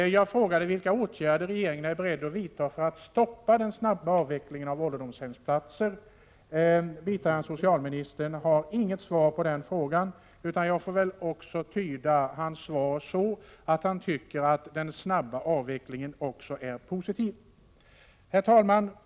Jag frågade vilka åtgärder regeringen är beredd att vidta för att stoppa den snabba avvecklingen av ålderdomshemsplatser. Biträdande socialministern har inget svar på den frågan. Jag får väl tyda hans svar så, att han tycker att också den snabba avvecklingen är positiv. Herr talman!